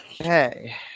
Okay